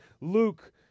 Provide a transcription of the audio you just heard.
Luke